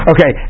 Okay